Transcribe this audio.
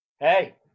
Hey